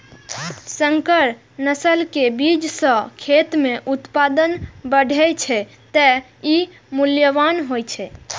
संकर नस्ल के बीज सं खेत मे उत्पादन बढ़ै छै, तें ई मूल्यवान होइ छै